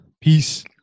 Peace